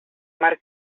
mar